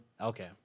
Okay